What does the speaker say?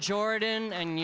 jordan and